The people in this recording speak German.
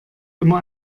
immer